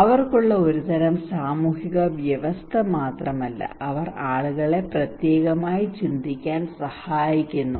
അവർക്കുള്ള ഒരു തരം സാമൂഹിക വ്യവസ്ഥ മാത്രമല്ല അവർ ആളുകളെ പ്രത്യേകമായി ചിന്തിക്കാൻ സഹായിക്കുന്നു